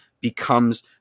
becomes